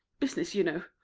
business, you know.